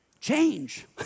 Change